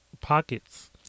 pockets